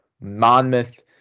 monmouth